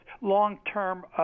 long-term